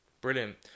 Brilliant